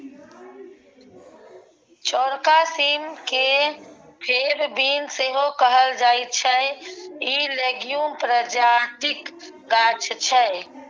चौरका सीम केँ फेब बीन सेहो कहल जाइ छै इ लेग्युम प्रजातिक गाछ छै